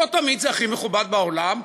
לא תמיד זה הכי מכובד בעולם,